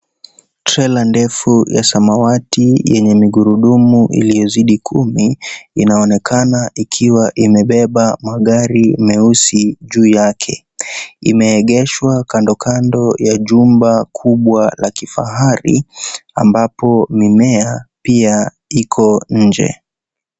Trela ndefu ya samawati yenye migurudumu ilio zidi kumi, inaonekana ikiwa imebeba magari meusi juu yake, imeegeshwa kando kando ya jumba kubwa la kifahari, ambapo mimea, pia, iko, nje.